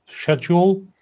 schedule